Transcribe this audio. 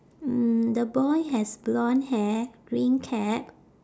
mm the boy has blonde hair green cap